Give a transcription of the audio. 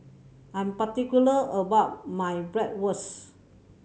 I'm particular about my Bratwurst